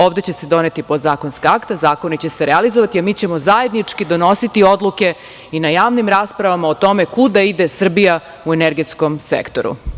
Ovde će se doneti podzakonska akta, zakoni će se realizovati, a mi ćemo zajednički donositi odluke i na javnim raspravama o tome kuda ide Srbija u energetskom sektoru.